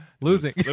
Losing